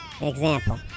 Example